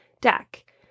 deck